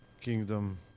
kingdom